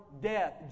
death